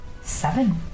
Seven